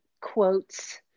quotes